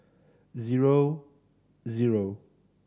zero zero